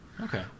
Okay